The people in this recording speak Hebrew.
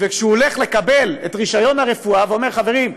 וכשהוא הולך לקבל את רישיון הרפואה הוא אומר: חברים,